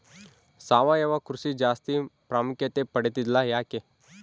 ಸಾವಯವ ಕೃಷಿ ಜಾಸ್ತಿ ಪ್ರಾಮುಖ್ಯತೆ ಪಡೆದಿಲ್ಲ ಯಾಕೆ?